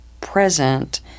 present